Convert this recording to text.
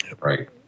Right